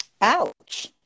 Ouch